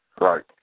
Right